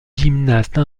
gymnastes